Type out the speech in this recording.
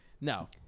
No